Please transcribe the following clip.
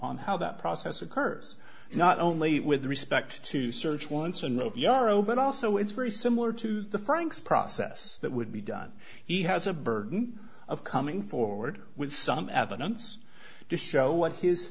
on how that process occurs not only with the respect to search once and rove yarrow but also it's very similar to the franks process that would be done he has a burden of coming forward with some evidence to show what his